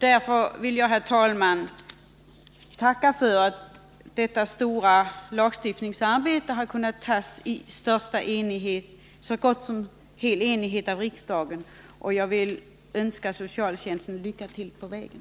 Därför vill jag, herr talman, tacka för att detta stora lagstiftningsarbete har kunnat genomföras i största enighet här i riksdagen. Jag vill önska socialtjänsten lycka till på vägen.